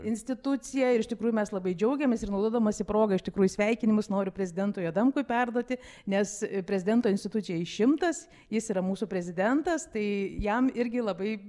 instituciją ir iš tikrųjų mes labai džiaugiamės ir naudodamasi proga iš tikrųjų sveikinimus noriu prezidentui adamkui perduoti nes prezidento institucijai šimtas jis yra mūsų prezidentas tai jam irgi labai